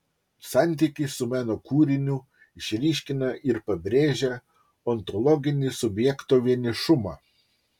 santykis su meno kūriniu išryškina ir pabrėžia ontologinį subjekto vienišumą